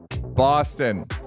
Boston